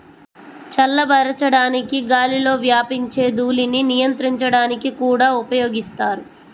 చల్లబరచడానికి గాలిలో వ్యాపించే ధూళిని నియంత్రించడానికి కూడా ఉపయోగిస్తారు